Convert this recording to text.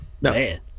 man